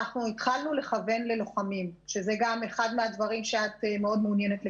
התחלנו לכוון ללוחמים זה אחד מהדברים שאת מאוד מעוניינת לקדם.